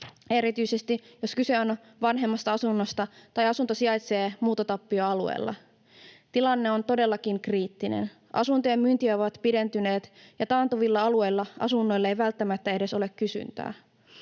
erityisesti, jos kyse on vanhemmasta asunnosta tai asunto sijaitsee muuttotappioalueella. Tilanne on todellakin kriittinen. Asuntojen myyntiajat ovat pidentyneet, ja taantuvilla alueilla asunnoille ei välttämättä edes ole kysyntää.